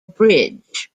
bridge